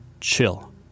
chill